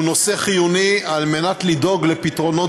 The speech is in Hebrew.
הוא נושא חיוני על מנת לדאוג לפתרונות